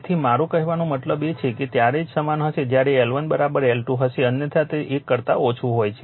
તેથી મારો કહેવાનો મતલબ એ છે કે તે ત્યારે જ સમાન હશે જ્યારે L1 L2 હશે અન્યથા તે 1 કરતાં ઓછું હોય છે